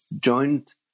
joint